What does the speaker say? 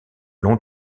long